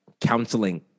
counseling